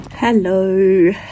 Hello